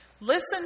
Listen